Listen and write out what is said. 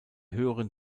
höheren